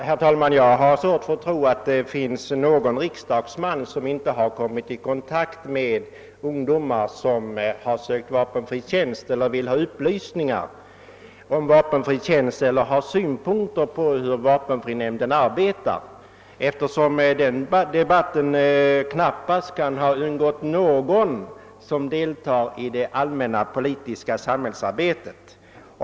Herr talman! Jag har svårt att tro att det finns någon riksdagsman som inte kommit i kontakt med ungdomar, vilka ansökt om vapenfri tjänst, som önskar upplysningar om sådan tjänst eller har synpunkter på vapenfrinämndens sätt att arbeta. Denna debatt kan knappast ha undgått någon som deltar i det allmänna politiska samhällsarbetet.